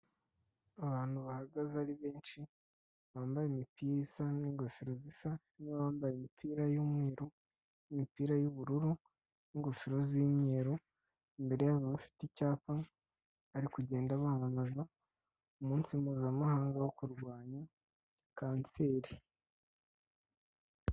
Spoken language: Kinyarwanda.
Abantu bahagaze ari benshi bambaye imipira isa n'ingofero zisa bambaye imipira y'ubururu n'ingofero mweru imbere y'abantu bafite icyapa bari kugenda ba mamaza umunsi mpuzamahanga wo kurwanya kanseri.